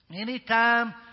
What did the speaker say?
Anytime